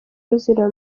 ruzira